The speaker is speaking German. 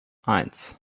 eins